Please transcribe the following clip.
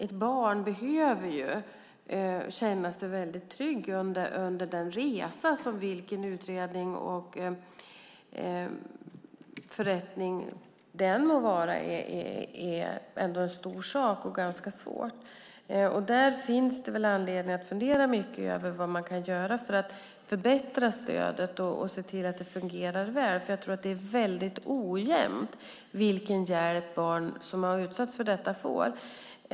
Ett barn behöver känna sig tryggt under den resa som varje utredning och förrättning är. Det är en stor sak och ganska svårt. Det finns anledning att fundera över vad man kan göra för att förbättra stödet och se till att det fungerar väl. Jag tror att det är väldigt ojämnt vilken hjälp barn som har utsatts för detta får.